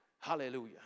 Hallelujah